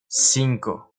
cinco